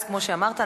אז כמו שאמרת,